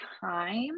time